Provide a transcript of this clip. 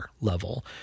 level